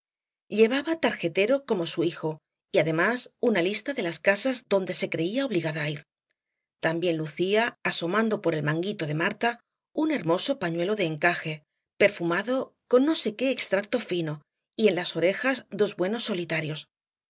llevaba tarjetero como su hijo y además una lista de las casas donde se creía obligada á ir también lucía asomando por el manguito de marta un hermoso pañuelo de encaje perfumado con no sé qué extracto fino y en las orejas dos buenos solitarios